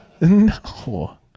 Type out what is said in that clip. No